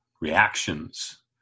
reactions